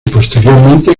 posteriormente